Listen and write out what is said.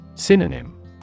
Synonym